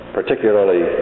particularly